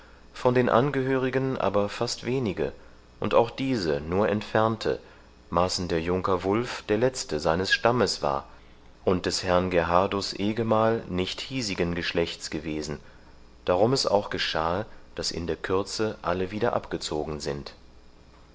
von angehörigen aber fast wenige und auch diese nur entfernte maßen der junker wulf der letzte seines stammes war und des herrn gerhardus ehgemahl nicht hiesigen geschlechts gewesen darum es auch geschahe daß in der kürze alle wieder abgezogen sind